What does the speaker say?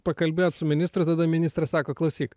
pakalbėjot su ministru tada ministras sako klausyk